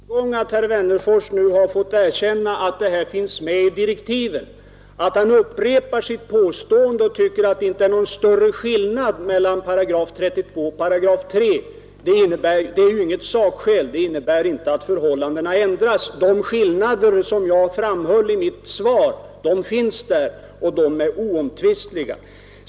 Herr talman! Jag tycker det är en framgång att herr Wennerfors nu fått erkänna att 3 §-problematiken finns med i direktiven. Att han upprepar sitt påstående att det inte är någon större skillnad mellan § 32 och 3 § är inget sakskäl. De skillnader jag framhöll i mitt svar finns där och är oomtvistliga.